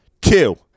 Two